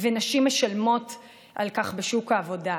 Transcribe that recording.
ונשים משלמות על כך בשוק העבודה,